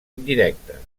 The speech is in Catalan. indirecta